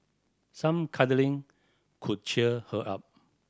some cuddling could cheer her up